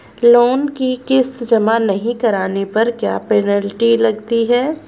Loan की किश्त जमा नहीं कराने पर क्या पेनल्टी लगती है?